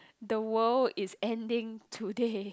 the world is ending today